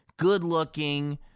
good-looking